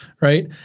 Right